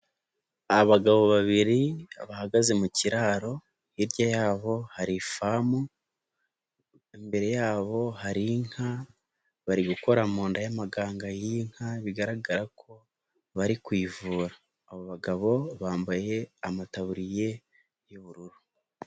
Abagabo babiri bahagaze mu kiraro, hirya yabo harifamu, imbere yabo hari inka bari gukora mu nda y'amaganga y'iyi nka bigaragara ko bari kuvura, abo bagabo bambaye amataburiya y'ubururu.